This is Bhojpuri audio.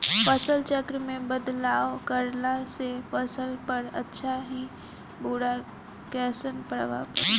फसल चक्र मे बदलाव करला से फसल पर अच्छा की बुरा कैसन प्रभाव पड़ी?